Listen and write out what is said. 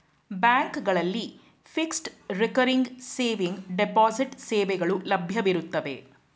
ಬ್ಯಾಂಕ್ಗಳಲ್ಲಿ fixed, recurring saving, deposit ಸೇವೆಗಳು ಲಭ್ಯವಿರುತ್ತವೆ